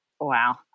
Wow